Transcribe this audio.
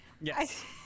Yes